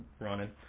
running